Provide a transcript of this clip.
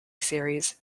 series